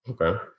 Okay